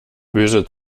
böse